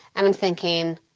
and i'm thinking,